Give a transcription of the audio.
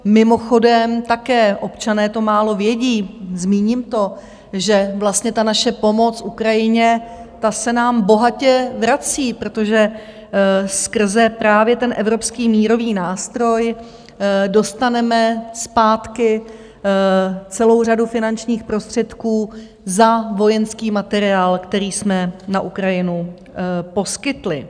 Mimochodem, také občané to málo vědí, zmíním to, že vlastně ta naše pomoc Ukrajině, ta se nám bohatě vrací, protože skrze právě ten Evropský mírový nástroj dostaneme zpátky celou řadu finančních prostředků za vojenský materiál, který jsme na Ukrajinu poskytli.